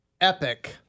Epic